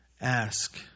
ask